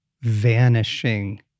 vanishing